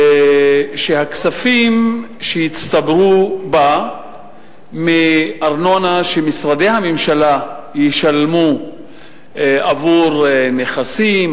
שהכספים שיצטברו בה מארנונה שמשרדי הממשלה ישלמו עבור נכסים,